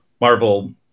Marvel